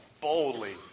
boldly